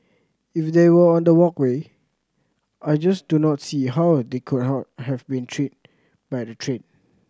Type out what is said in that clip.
if they were on the walkway I just do not see how they could have been treat by the train